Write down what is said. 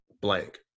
blank